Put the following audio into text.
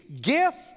gift